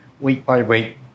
week-by-week